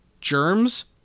germs